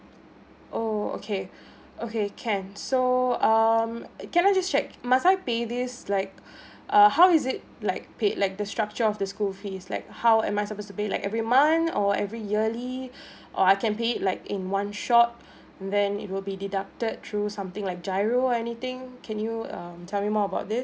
oh okay okay can so um it can I just check must I pay this like err how is it like paid like the structure of the school fees like how am I suppose to pay like every month or every yearly or I can pay it like in one shot then it will be deducted through something like GIRO anything can you um tell me more about this